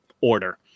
order